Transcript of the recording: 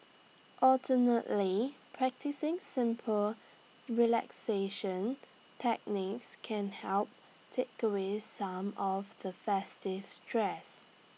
alternatively practising simple relaxation techniques can help take away some of the festive stress